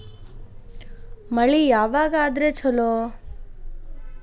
ಮಳಿ ಯಾವಾಗ ಆದರೆ ಛಲೋ?